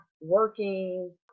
working